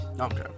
okay